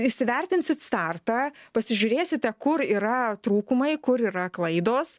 įsivertinsit startą pasižiūrėsite kur yra trūkumai kur yra klaidos